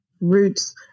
roots